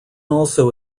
also